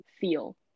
feel